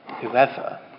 whoever